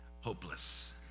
Hopeless